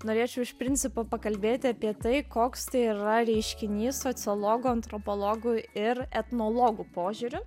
norėčiau iš principo pakalbėti apie tai koks tai yra reiškinys sociologų antropologų ir etnologų požiūriu